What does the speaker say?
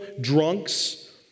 drunks